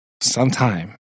sometime